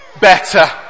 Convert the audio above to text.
better